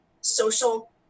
social –